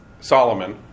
Solomon